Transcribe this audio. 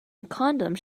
condoms